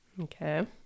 Okay